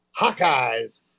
Hawkeyes